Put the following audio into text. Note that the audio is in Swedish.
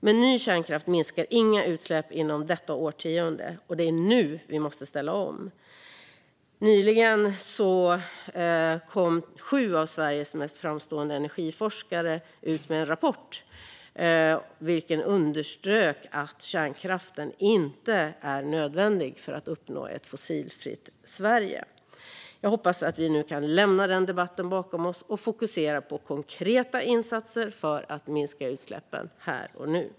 Men ny kärnkraft minskar inga utsläpp inom detta årtionde. Och det är nu vi måste ställa om. Nyligen kom sju av Sveriges mest framstående energiforskare ut med en rapport där man underströk att kärnkraften inte är nödvändig för att uppnå ett fossilfritt Sverige. Jag hoppas att vi nu kan lämna den debatten bakom oss och fokusera på konkreta insatser för att minska utsläppen här och nu.